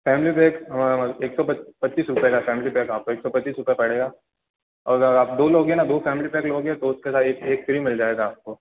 family pack एक सौ पच्चीस रुपए का फैमिली पच्चीस पैक आप एक सौ पच्चीस रुपए पड़ेगा और अगर आप दो लोगे ना दो फैमिली पैक लोगे तो उसके साथ एक एक फ्री मिल जायेगा आपको